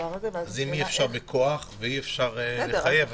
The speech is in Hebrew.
אז אם אי אפשר לחייב ואי אפשר בכוח, אז מה עושים?